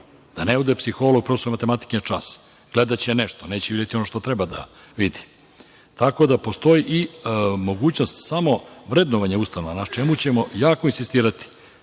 da ne ode psiholog profesoru matematike na čas. Gledaće nešto, ali neće videti ono što treba da vidi. Postoji i mogućnost samo vrednovanja ustanova, na čemu ćemo jako insistirati.